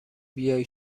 بیای